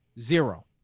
Zero